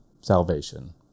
salvation